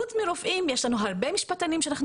חוץ מרופאים יש לנו הרבה משפטנים שאנחנו